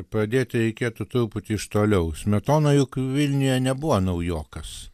pradėti reikėtų truputį iš toliau smetona juk vilniuje nebuvo naujokas